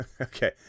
okay